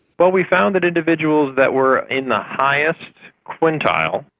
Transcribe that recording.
well, we found that individuals that were in the highest quintile,